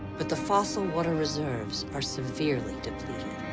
but the fossil water reserves are severely depleted.